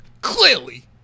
clearly